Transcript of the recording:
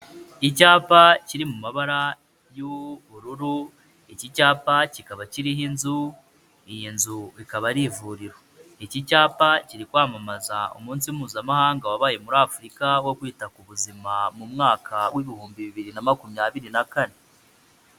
Icyapa kiri mu mabara y'ubururu, iki cyapa kikaba kiriho inzu, iyi nzu ikaba ari ivuriro. Iki cyapa kiri kwamamaza umunsi mpuzamahanga wabaye muri Afurika wo kwita ku buzima mu mwaka w'ibihumbi bibiri na makumyabiri na kane.